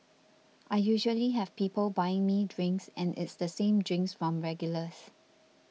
I usually have people buying me drinks and it's the same drinks from regulars